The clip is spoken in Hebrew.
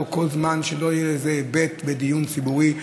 כל זמן שלא יהיה על זה דיון ציבורי.